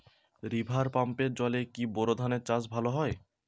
River পাম্পের জলে কি বোর ধানের চাষ ভালো হয়?